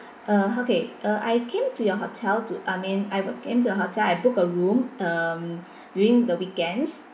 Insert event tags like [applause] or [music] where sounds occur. uh okay uh I came to your hotel to I mean I will came to your hotel I booked a room um [breath] during the weekends